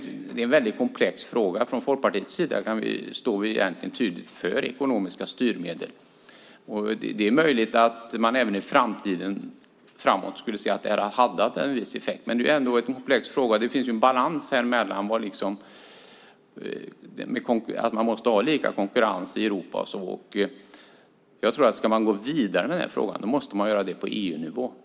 Från Folkpartiets sida står vi tydligt för ekonomiska styrmedel, och det är möjligt att man även i framtiden skulle säga att de hade en viss effekt. Men det är ändå en komplex fråga. Det finns en balans, och man måste ha lika konkurrens i Europa. Ska man gå vidare med den här frågan måste man göra det på EU-nivå.